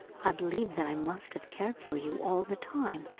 i believe that i must have cared for you all the time,